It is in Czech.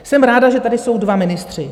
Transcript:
Jsem ráda, že tady jsou dva ministři.